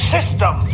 System